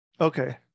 Okay